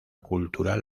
cultural